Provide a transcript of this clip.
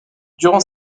durant